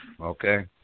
okay